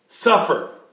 suffer